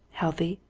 healthy,